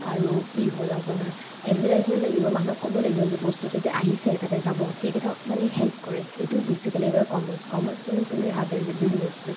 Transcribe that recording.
আৰু কি হ'ল আপোনাৰ এডভাৰ্টাইজমেণ্ট লাগিব মানুহক ক'ব লাগিব যে বস্তুটোতে আহিছে তাতে যাব সেইকেইটাও মানে হেল্প কৰে সেইটোক বেচিকেলি কয় কমাৰ্চ কমাৰ্চ মানে সবেই ভাবে যে বিজনেচ বাট